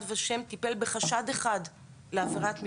ושם טיפל בחשד אחד בלבד להפרת המשמעת,